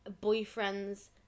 boyfriend's